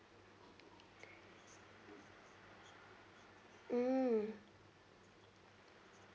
mm